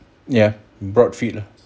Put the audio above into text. ya broad feet lah